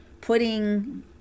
putting